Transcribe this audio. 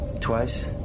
twice